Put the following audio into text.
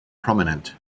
prominent